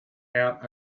out